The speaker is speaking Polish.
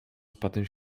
spadłym